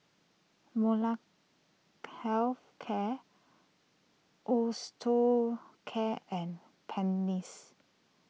Health Care Osteocare and